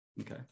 Okay